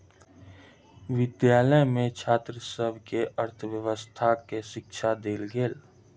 विद्यालय में छात्र सभ के अर्थव्यवस्थाक शिक्षा देल गेल